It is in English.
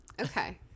Okay